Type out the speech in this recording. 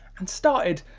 and started,